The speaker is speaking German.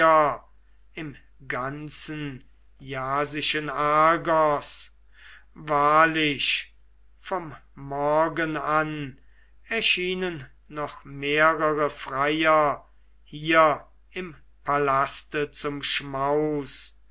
im ganzen jasischen argos wahrlich vom morgen an erschienen noch mehrere freier hier im palaste zum schmaus